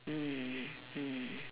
mm mm